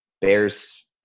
Bears